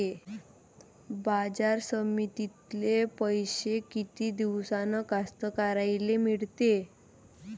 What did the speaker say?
बाजार समितीतले पैशे किती दिवसानं कास्तकाराइले मिळते?